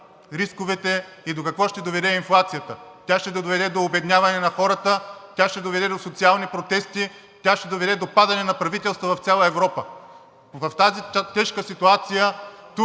рисковете и до какво ще доведе инфлацията. Тя ще доведе до обедняване на хората, тя ще доведе до социални протести, тя ще доведе до падане на правителства в цяла Европа! В тази тежка ситуация тук